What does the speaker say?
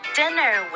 dinner